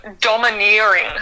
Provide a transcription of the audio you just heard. domineering